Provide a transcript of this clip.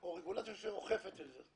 או רגולציה שאוכפת את זה.